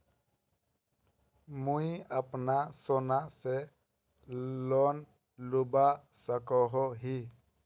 मुई अपना सोना से लोन लुबा सकोहो ही?